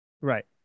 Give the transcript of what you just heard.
Right